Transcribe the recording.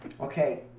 Okay